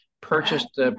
purchased